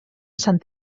sant